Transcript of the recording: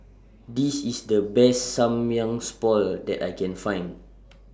This IS The Best Samgyeopsal that I Can Find